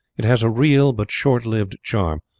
it has a real, but short-lived charm,